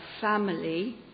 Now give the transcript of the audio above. family